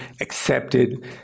accepted